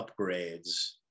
upgrades